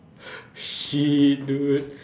shit dude